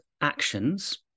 actions